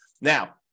now